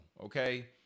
okay